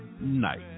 night